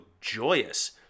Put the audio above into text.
joyous